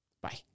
Bye